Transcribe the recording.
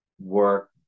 work